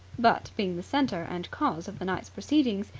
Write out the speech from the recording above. but, being the centre and cause of the night's proceedings,